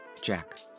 Jack